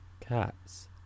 cats